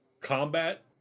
combat